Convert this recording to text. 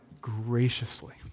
graciously